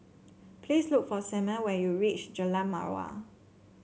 please look for Selmer when you reach Jalan Mawar